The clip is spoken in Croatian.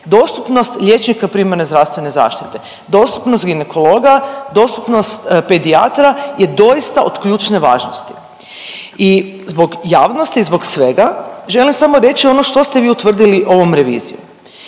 dostupnost liječnika primarne zdravstvene zaštite, dostupnost ginekologa, dostupnost pedijatra je doista od ključne važnosti. I zbog javnosti i zbog svega želim samo reći ono što ste vi utvrdili ovom revizijom,